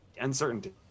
uncertainty